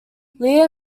leo